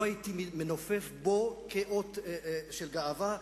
לא הייתי מנופף בו כאות של גאווה,